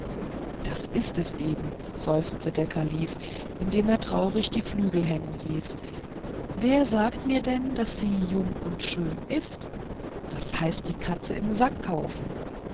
das ist es eben seufzte der kalif indem er traurig die flügel hängen ließ wer sagt dir denn daß sie jung und schön ist das heißt eine katze im sack kaufen